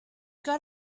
got